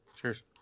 Cheers